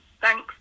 Thanks